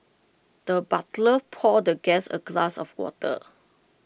the butler poured the guest A glass of water